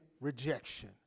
rejection